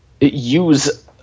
use